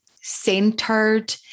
centered